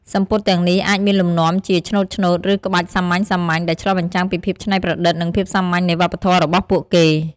សំពត់ទាំងនេះអាចមានលំនាំជា ឆ្នូតៗ ឬ ក្បាច់សាមញ្ញៗ ដែលឆ្លុះបញ្ចាំងពីភាពច្នៃប្រឌិត និងភាពសាមញ្ញនៃវប្បធម៌របស់ពួកគេ។